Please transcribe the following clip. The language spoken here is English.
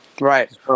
Right